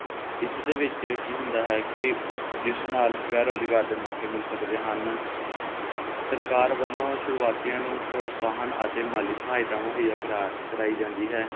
ਇਸ ਦੇ ਵਿੱਚ ਕੀ ਹੁੰਦਾ ਹੈ ਕਿ ਜਿਸ ਨਾਲ ਸਵੈ ਰੁਜ਼ਗਾਰ ਦੇ ਮੌਕੇ ਮਿਲ ਸਕਦੇ ਹਨ ਸਰਕਾਰ ਵੱਲੋਂ ਸ਼ੁਰੂਆਤੀਆਂ ਨੂੰ ਭਰੋਸਾ ਹਨ ਅਤੇ ਮਾਲੀ ਸਹਾਇਤਾ ਮੁਹੱਈਆ ਕਰਾ ਕਰਵਾਈ ਜਾਂਦੀ ਹੈ